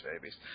babies